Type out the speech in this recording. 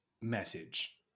Message